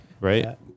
right